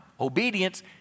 Obedience